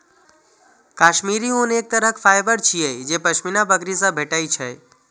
काश्मीरी ऊन एक तरहक फाइबर छियै जे पश्मीना बकरी सं भेटै छै